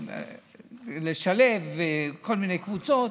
לשלב כל מיני קבוצות,